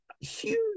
huge